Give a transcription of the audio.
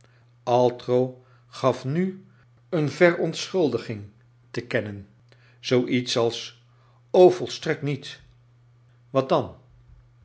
altro gaf nu een verontschuldiging te kennen zoo iets als ook volstrekt niet i wat clan